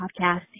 podcast